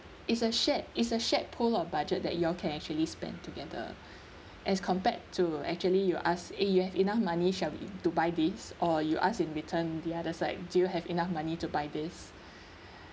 it's a shared is a shared pool of budget that you all can actually spend together as compared to actually you ask eh you have enough money shall we to buy this or you ask in return the other side do you have enough money to buy this